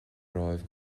romhaibh